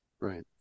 Right